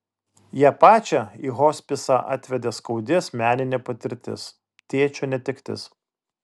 ją pačią į hospisą atvedė skaudi asmeninė patirtis tėčio netektis